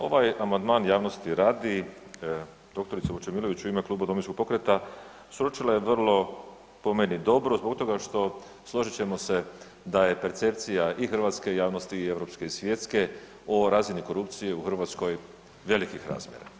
Ovaj amandman javnosti radi dr. Vučemilović u ime Domovinskog pokreta sročila je vrlo po meni dobro zbog toga što složiti ćemo se da je percepcija i hrvatske javnosti i europske i svjetske o razini korupcije u Hrvatskoj velikih razmjera.